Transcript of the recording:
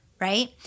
right